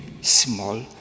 small